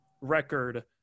record